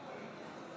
אם כן,